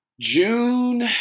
June